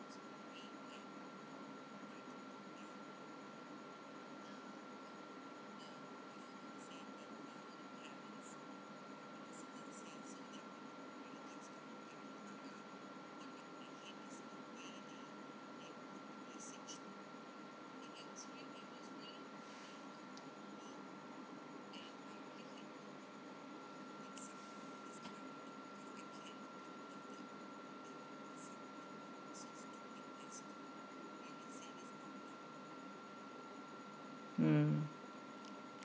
mm